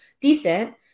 decent